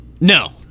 no